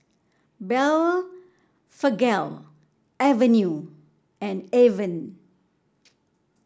Blephagel Avene and Avene